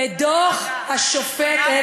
גם את זה לא השם עשה,